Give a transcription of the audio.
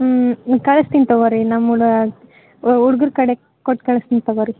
ಹ್ಞೂ ಹ್ಞೂ ಕಳಸ್ತೀನಿ ತಗೋರಿ ನಮ್ಮ ಹುಡ್ಗ್ರು ಕಡೆ ಕೊಟ್ಟು ಕಳ್ಸ್ತೀನಿ ತೊಗೋರಿ